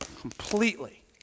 completely